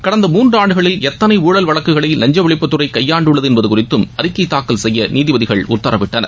கடந்த மூன்று ஆண்டுகளில் எத்தனை ஊழல் வழக்குகளை லஞ்ச ஒழிப்புத்துறை கையாண்டுள்ளது என்பது குறித்தும் அறிக்கை தாக்கல் செய்ய நீதிபதிகள் உத்தரவிட்டனர்